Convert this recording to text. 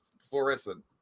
fluorescent